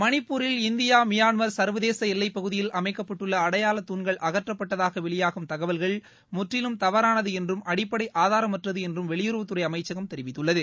மணிப்பூரில் India Myanmar சர்வதேச எல்லைப் பகுதியில் அமைக்கப்பட்டுள்ள அடையாள தூண்கள் அகற்றப்பட்டதாக வெளியாகும் தகவல்கள் முற்றிலும் தவறானது என்றும் அடிப்படை ஆதாரமற்றது என்றும் வெளியுறவுத்துறை அமைச்சகம் தெரிவித்துள்ளது